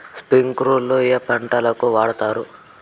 స్ప్రింక్లర్లు ఏ పంటలకు వాడుతారు?